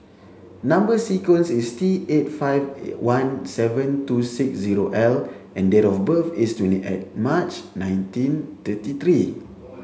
number sequence is T eight five one seven two six zero L and date of birth is twenty eight March nineteen thirty three